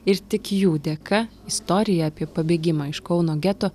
ir tik jų dėka istorija apie pabėgimą iš kauno geto